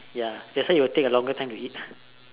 ya that's why you will take a longer time to eat